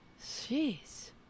jeez